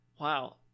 Wow